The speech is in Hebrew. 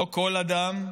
לא כל אדם,